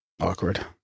Awkward